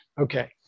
Okay